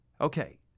Okay